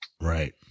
Right